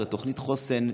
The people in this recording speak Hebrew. הרי תוכנית חוסן,